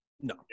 no